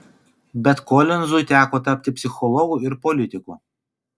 bet kolinzui teko tapti psichologu ir politiku